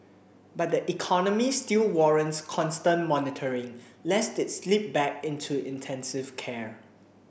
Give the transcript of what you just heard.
but the economy still warrants constant monitoring lest it slip back into intensive care